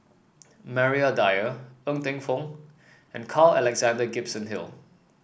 Maria Dyer Ng Teng Fong and Carl Alexander Gibson Hill